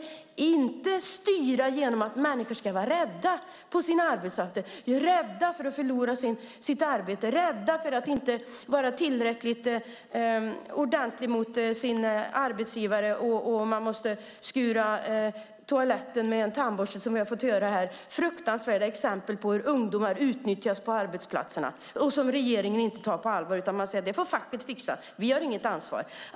Vi ska inte styra genom att människor ska vara rädda på sina arbetsplatser. De ska inte vara rädda för att förlora sitt arbete eller för att inte vara tillräckligt ordentliga mot sin arbetsgivare. Vi har fått höra här att människor måste skura toaletten med en tandborste. Det är fruktansvärda exempel på hur ungdomar utnyttjas på arbetsplatserna, vilket inte regeringen inte tar på allvar. Man säger: Det får facket fixa. Vi har inget ansvar.